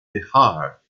bihar